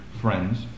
friends